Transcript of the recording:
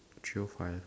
three o five